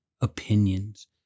opinions